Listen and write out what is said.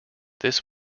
this